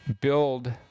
build